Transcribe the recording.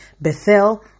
Bethel